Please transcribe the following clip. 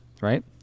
right